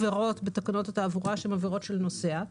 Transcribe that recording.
בתקנות התעבורה יש עבירות שהן עבירות של נוסע,